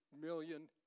million